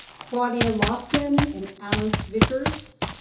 claudia lawson and alice vickers?